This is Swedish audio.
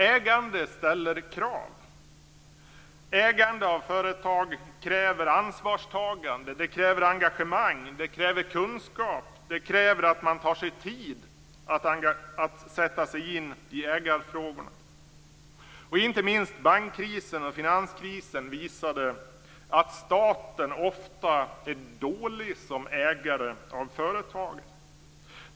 Ägande ställer krav. Ägande av företag kräver ansvarstagande, engagemang och kunskap, och man måste ta sig tid att sätta sig in i ägarfrågorna. Inte minst visade bank och finanskrisen att staten ofta är dålig som ägare av företag.